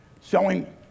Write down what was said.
selling